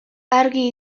argi